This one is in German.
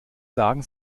sagen